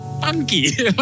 funky